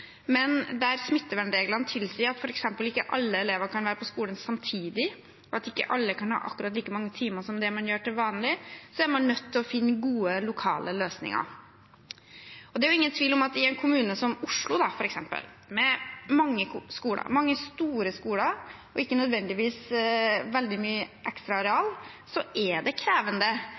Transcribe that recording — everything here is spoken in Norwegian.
men der smittevernreglene tilsier at f.eks. ikke alle elever kan være på skolen samtidig, og at ikke alle kan ha akkurat like mange timer som de har til vanlig, er man nødt til å finne gode lokale løsninger. Det er ingen tvil om at i en kommune som f.eks. Oslo, med mange skoler, mange store skoler, og ikke nødvendigvis veldig mye ekstra areal, er det krevende